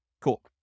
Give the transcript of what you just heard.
Cool